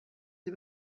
sie